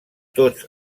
tots